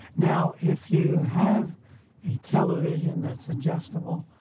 now if you have a television. that's adjustable.